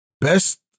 best